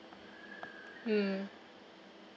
mm